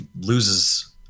loses